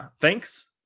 thanks